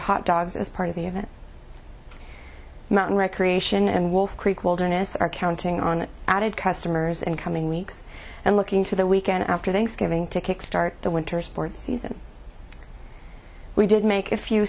hot dogs as part of the event mountain recreation and wolf creek wilderness are counting on added customers in coming weeks and looking to the weekend after thanksgiving to kickstart the winter sports season we did make a few